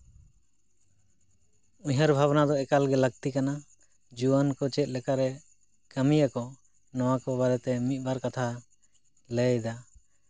ᱩᱭᱦᱟᱹᱨ ᱵᱷᱟᱵᱱᱟ ᱫᱚ ᱮᱠᱟᱞ ᱜᱮ ᱞᱟᱹᱠᱛᱤ ᱠᱟᱱᱟ ᱡᱩᱣᱟᱹᱱ ᱠᱚ ᱪᱮᱫᱞᱮᱠᱟ ᱨᱮ ᱠᱟᱹᱢᱤᱭᱟᱠᱚ ᱱᱚᱣᱟ ᱠᱚ ᱵᱟᱨᱮᱛᱮ ᱢᱤᱫᱼᱵᱟᱨ ᱠᱟᱛᱷᱟ ᱞᱟᱹᱭᱮᱫᱟ